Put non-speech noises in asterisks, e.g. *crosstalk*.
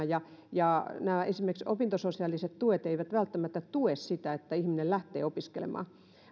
*unintelligible* ja ja esimerkiksi opintososiaaliset tuet eivät välttämättä tue sitä että ihminen lähtee opiskelemaan